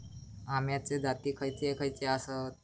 अम्याचे जाती खयचे खयचे आसत?